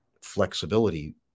flexibility